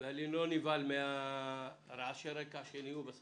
ואני לא נבהל מרעשי הרקע שנהיו.